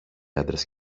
άντρες